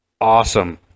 awesome